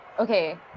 Okay